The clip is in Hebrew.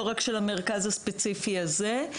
לא רק של המרכז הספציפי הזה.